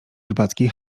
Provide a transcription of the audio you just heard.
rybackiej